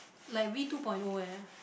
like V two point O eh